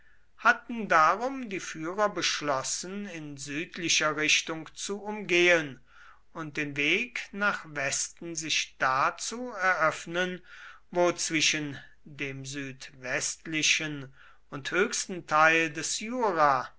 hatten darum die führer beschlossen in südlicher richtung zu umgehen und den weg nach westen sich da zu eröffnen wo zwischen dem südwestlichen und höchsten teil des jura